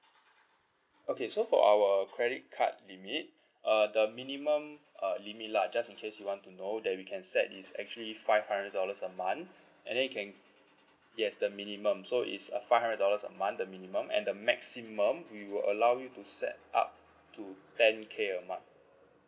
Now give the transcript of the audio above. okay so for our credit card limit uh the minimum uh limit lah just in case you want to know that we can set is actually five hundred dollars a month and then can yes the minimum so it's uh five hundred dollars a month the minimum and the maximum we will allow you to set up to ten K a month